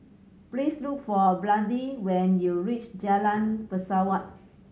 please look for Brandi when you reach Jalan Pesawat